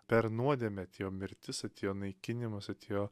per nuodėmę atėjo mirtis atėjo naikinimas atėjo